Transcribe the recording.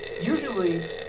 Usually